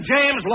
James